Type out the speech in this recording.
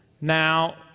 Now